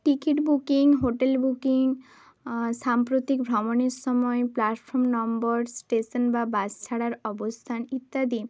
ticket booking hotel booking সাম্প্রতিক ভ্রমণের সময় প্ল্যাটফর্ম নম্বর স্টেশন বা বাস ছাড়ার অবস্থান ইত্যাদি